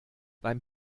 beim